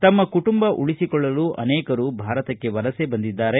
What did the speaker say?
ತಮ್ಮ ಕುಟುಂಬ ಉಳಿಸಿಕೊಳ್ಳಲು ಅನೇಕರು ಭಾರತಕ್ಕೆ ವಲಸೆ ಬಂದಿದ್ದಾರೆ